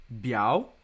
Biao